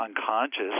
unconscious